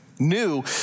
New